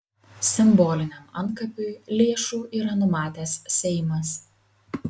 simboliniam antkapiui lėšų yra numatęs seimas